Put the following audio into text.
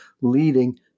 leading